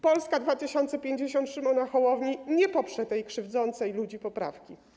Polska 2050 Szymona Hołowni nie poprze tej krzywdzącej ludzi poprawki.